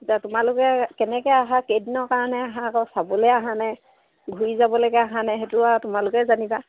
এতিয়া তোমালোকে কেনেকৈ আহা কেইদিনৰ কাৰণে আহা আকৌ চাবলৈ আহা নে ঘূৰি যাবলৈকে আহা নে সেইটো আৰু তোমালোকেই জানিবা